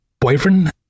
boyfriend